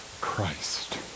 Christ